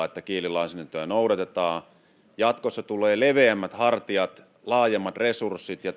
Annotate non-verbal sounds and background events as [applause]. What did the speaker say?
[unintelligible] että kielilainsäädäntöä noudatetaan jatkossa tulee leveämmät hartiat laajemmat resurssit ja [unintelligible]